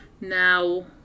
Now